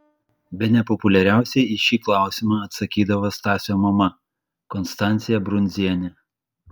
bene populiariausiai į šį klausimą atsakydavo stasio mama konstancija brundzienė